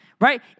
right